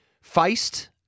faced